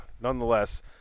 nonetheless